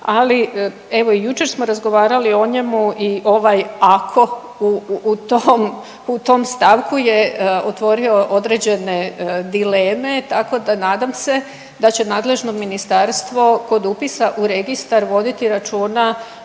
ali evo i jučer smo razgovarali o njemu i ovaj ako u tom, u tom stavku je otvorio određene dileme tako da nadam se da će nadležno ministarstvo kod upisa u registar voditi računa